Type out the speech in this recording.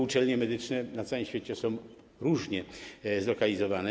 Uczelnie medyczne na całym świecie są różnie zlokalizowane.